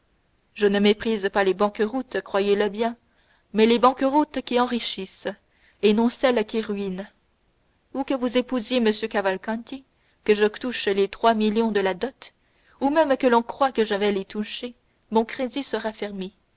je ne méprise pas les banqueroutes croyez-le bien mais les banqueroutes qui enrichissent et non celles qui ruinent ou que vous épousiez m cavalcanti que je touche les trois millions de la dot ou même que l'on croie que je vais les toucher mon crédit se raffermit